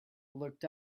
looked